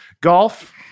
Golf